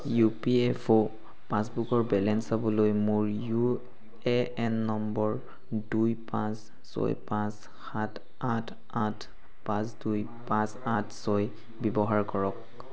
EPFO পাছবুকৰ balance চাবলৈ মোৰ ইউএএন নম্বৰ দুই পাঁচ ছয় পাঁচ সাত আঠ আঠ পাঁচ দুই পাঁচ আঠ ছয় ব্যৱহাৰ কৰক